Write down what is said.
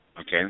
okay